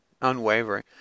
Unwavering